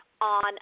on